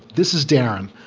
this is darren,